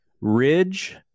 Ridge